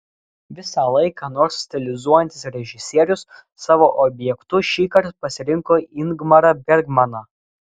visąlaik ką nors stilizuojantis režisierius savo objektu šįkart pasirinko ingmarą bergmaną